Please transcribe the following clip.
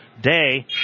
Day